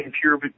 pure